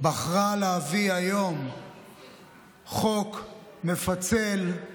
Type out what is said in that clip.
בחרה להביא היום חוק מפצל, כואב,